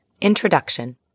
Introduction